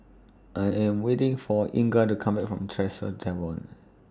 I Am waiting For Inga to Come Back from Tresor Tavern